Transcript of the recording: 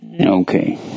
Okay